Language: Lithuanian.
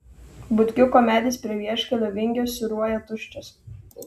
butkiuko medis prie vieškelio vingio siūruoja tuščias